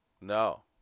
No